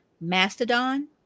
Mastodon